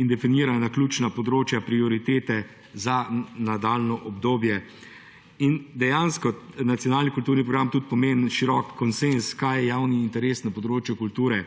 in definira ključna področja, prioritete za nadaljnje obdobje. Nacionalni kulturni program pomeni tudi širok konsenz, kaj je javni interes na področju kulture